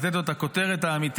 לתת לו את הכותרת האמיתית,